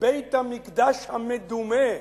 "בית-המקדש המדומה",